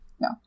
No